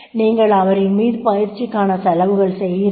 நீங்கள் அவரின்மீது பயிற்ச்சிக்கான செலவுகள் செய்கிறீர்கள்